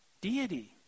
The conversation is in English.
deity